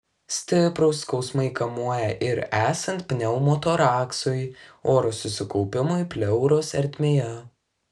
stiprūs skausmai kamuoja ir esant pneumotoraksui oro susikaupimui pleuros ertmėje